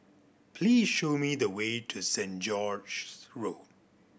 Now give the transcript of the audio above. please show me the way to Saint George's Road